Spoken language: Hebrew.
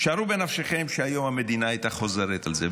שערו בנפשכם שהיום המדינה הייתה חוזרת על זה.